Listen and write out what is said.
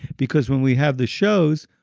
because when we have the shows,